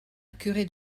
curé